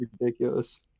ridiculous